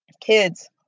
kids